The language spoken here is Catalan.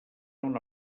una